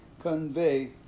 convey